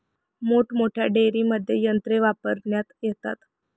मोठमोठ्या डेअरींमध्ये यंत्रे वापरण्यात येतात